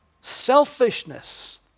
Selfishness